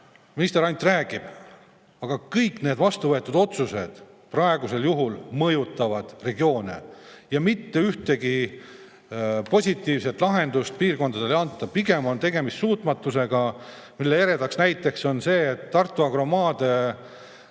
minister ainult räägib, sest kõik need vastuvõetud otsused praegusel juhul mõjutavad eri regioone. Ja mitte ühtegi positiivset lahendust neile piirkondadele ei anta, pigem on tegemist suutmatusega. Selle eredaks näiteks on see, et Tartu Agro maade